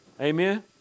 Amen